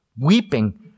weeping